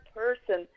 person